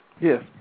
Yes